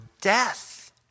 death